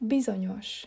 Bizonyos